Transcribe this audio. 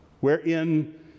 Wherein